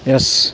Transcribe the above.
yes